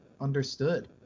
understood